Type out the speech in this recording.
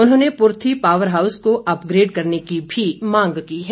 उन्होंने Purthi power house को upgrade करने की भी मांग की है